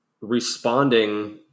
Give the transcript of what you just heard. responding